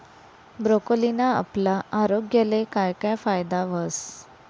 ब्रोकोलीना आपला आरोग्यले काय काय फायदा व्हस